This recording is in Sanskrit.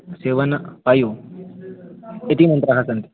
सेवन फ़ै इति मन्त्राः सन्ति